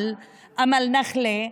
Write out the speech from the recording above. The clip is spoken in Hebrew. אמל נח'לה,